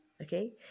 okay